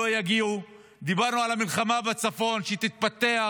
שלא יגיעו, דיברנו על המלחמה בצפון שתתפתח